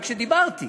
רק כשדיברתי,